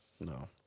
no